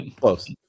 close